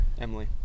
Emily